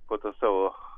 po to savo